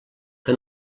que